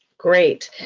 great,